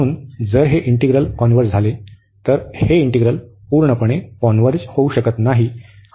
म्हणून जर हे इंटिग्रल कॉन्व्हर्ज झाले तर हे इंटिग्रल पूर्णपणे कॉन्व्हर्ज होऊ शकत नाही